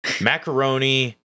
macaroni